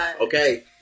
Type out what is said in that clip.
Okay